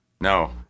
No